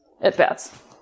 at-bats